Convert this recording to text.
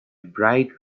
bright